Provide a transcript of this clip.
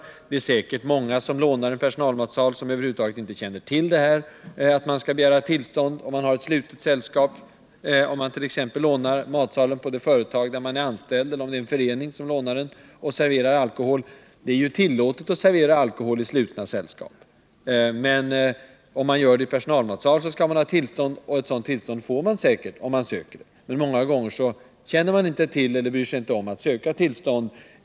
Det är säkerligen många som lånar en personalmatsal och som över huvud taget inte känner till att man skall begära tillstånd för att servera alkohol till ett slutet sällskap. Det är ju tillåtet att servera alkohol i slutna sällskap. Men om någon lånar personalmatsalen i det företag där han är anställd för ett slutet sällskap — eller om någon förening gör det — krävs det tillstånd för att få servera alkoholdrycker. Ett sådant tillstånd får man säkerligen om man söker det. Men många gånger känner man inte till denna bestämmelse eller bryr sig inte om att söka tillstånd.